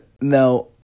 Now